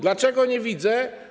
Dlaczego nie widzę?